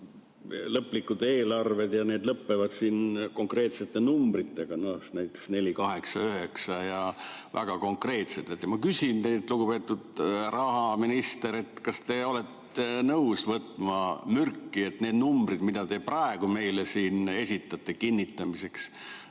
lõplikud eelarved ja need lõppevad konkreetsete numbritega, näiteks 489, ja on väga konkreetsed. Ma küsin teilt, lugupeetud rahaminister, kas te olete nõus võtma mürki, et need numbrid, mida te praegu meile siin esitate kinnitamiseks,